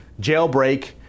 Jailbreak